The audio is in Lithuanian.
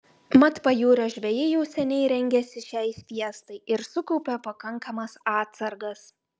mat pajūrio žvejai jau seniai rengėsi šiai fiestai ir sukaupė pakankamas atsargas